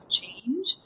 change